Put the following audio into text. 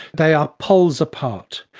they are poles apart.